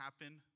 happen